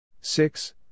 Six